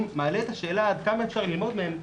מעלה את השאלה עד כמה אפשר ללמוד מהן,